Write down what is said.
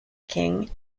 king